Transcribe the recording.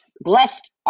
Blessed